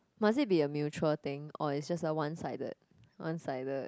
must it be a mutual thing or is just a one sided one sided